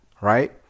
Right